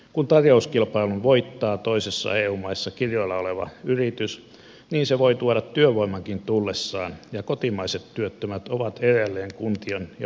kun tarjouskilpailun voittaa toisessa eu maassa kirjoilla oleva yritys niin se voi tuoda työvoimankin tullessaan ja kotimaiset työttömät ovat edelleen kuntien ja valtion harteilla